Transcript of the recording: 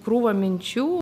krūva minčių